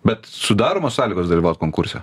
bet sudaromos sąlygos dalyvaut konkurse